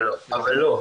אבל לא,